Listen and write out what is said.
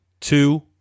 two